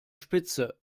spitze